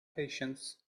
patience